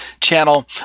channel